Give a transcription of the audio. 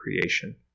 creation